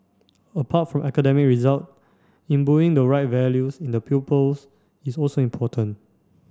apart from academic result imbuing the right values in the pupils is also important